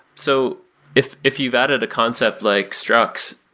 so if if you've added a concept like structs,